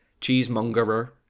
Cheesemongerer